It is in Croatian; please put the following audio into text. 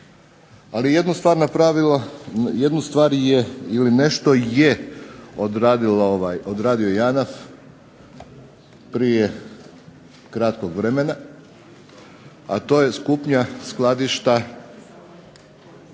ili nešto je odradio JANAF prije kratkog vremena, a to jest kupnja skladišta